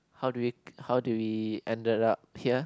how did we how did we ended up here